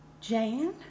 Jan